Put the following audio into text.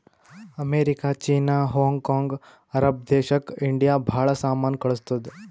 America, China, Hong Kong, Arab ದೇಶಕ್ India ಭಾಳ ಸಾಮಾನ್ ಕಳ್ಸುತ್ತುದ್